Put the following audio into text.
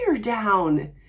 down